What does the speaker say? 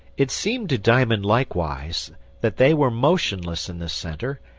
it seemed to diamond likewise that they were motionless in this centre,